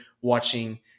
watching